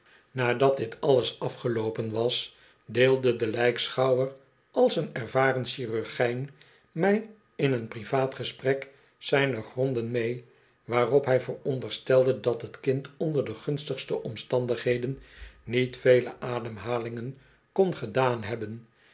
nadat dit alles afgeloopen was deelde de lijkschouwer als een ervaren chirurgijn mij in een privaat gesprek zijne gronden mee waarop hij vooronderstelde dat k kind onder de gunstigste omstandigheden niet vele ademhalingen kon gedaan hebben